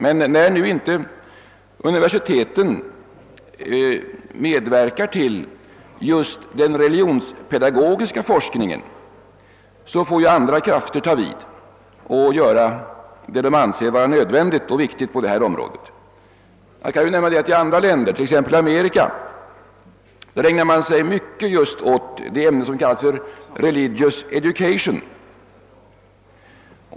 Men när nu universiteten inte medverkar till just den religionspedagogiska forskningen så måste ju andra krafter ta vid och vidta de åtgärder som man anser nödvändiga och viktiga på detta område. Jag kan nämna att man i andra länder, t.ex. i Amerika, ägnar sig mycket åt just det ämne som kallas religious education.